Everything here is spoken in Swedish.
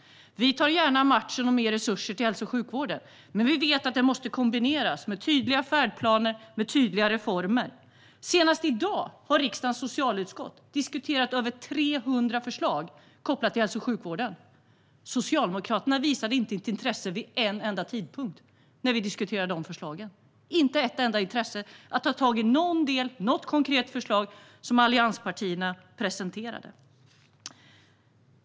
Vi tar gärna matchen om mer resurser till hälso och sjukvården. Men vi vet att det måste kombineras med tydliga färdplaner och tydliga reformer. Senast i dag diskuterade riksdagens socialutskott över 300 förslag som är kopplade till hälso och sjukvården. När vi diskuterade de förslagen visade Socialdemokraterna inte intresse vid en enda tidpunkt - inte något som helst intresse för att ta tag i någon del eller något konkret förslag som allianspartierna presenterade.